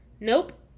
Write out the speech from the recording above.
Nope